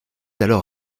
alors